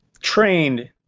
trained